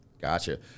Gotcha